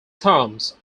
terms